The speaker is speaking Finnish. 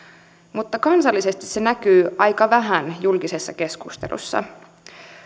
mutta kansallisesti se näkyy aika vähän julkisessa keskustelussa